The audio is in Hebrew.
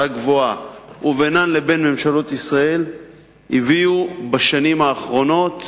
גבוהה ובינם לבין ממשלות ישראל הביאו בשנים האחרונות